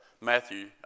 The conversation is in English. Matthew